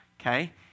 Okay